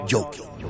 Joking